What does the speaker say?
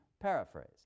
paraphrase